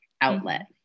outlet